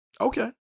Okay